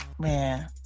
man